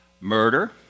Murder